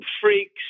freaks